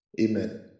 Amen